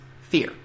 fear